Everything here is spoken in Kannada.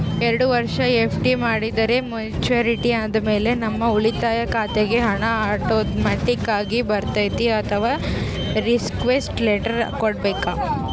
ಎರಡು ವರುಷ ಎಫ್.ಡಿ ಮಾಡಿದರೆ ಮೆಚ್ಯೂರಿಟಿ ಆದಮೇಲೆ ನಮ್ಮ ಉಳಿತಾಯ ಖಾತೆಗೆ ಹಣ ಆಟೋಮ್ಯಾಟಿಕ್ ಆಗಿ ಬರ್ತೈತಾ ಅಥವಾ ರಿಕ್ವೆಸ್ಟ್ ಲೆಟರ್ ಕೊಡಬೇಕಾ?